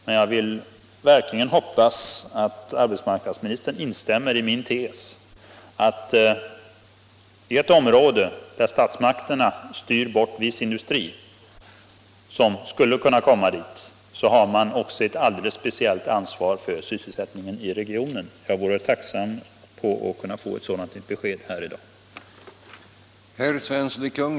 Men jag vill verkligen hoppas att arbetsmarknadsministern instämmer i min tes att statsmakterna har ett alldeles speciellt ansvar för sysselsättningen i ett område, från vilket statsmakterna styr bort viss industri som skulle kunna komma dit. Jag vore tacksam över att få ett besked om det här i dag.